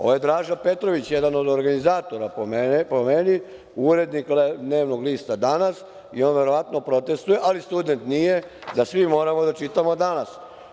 Ovo je Draža Petrović, jedan od organizatora po meni, urednik dnevnog lista „Danas“, i on verovatno protestuje, ali student nije da svi moramo da čitamo „Danas“